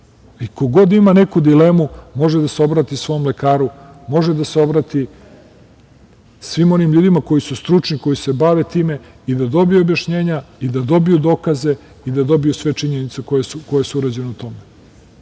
god ima neku dilemu može da se obrati svom lekaru, može da se obrati svim onim ljudima koji su stručni, koji se bave time i da dobije objašnjenja i dobiju dokaze i da dobiju sve činjenice koje su urađene o tome. Još